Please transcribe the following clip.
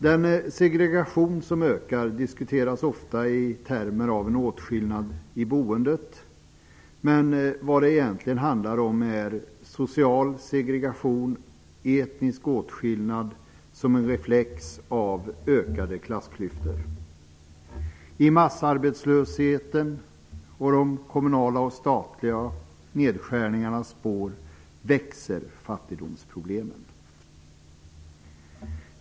Den segregation som ökar diskuteras ofta i termer av en åtskillnad i boendet. Men egentligen handlar det om social segregation och etnisk åtskillnad som en reflex av ökade klassklyftor. I massarbetslöshetens och de kommunala och statliga nedskärningarnas spår växer fattigdomsproblemen.